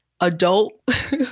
adult